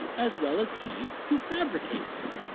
as well as he who fabricated it.